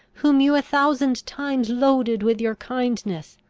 whom you a thousand times loaded with your kindness!